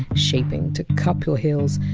shaping to cup your heels,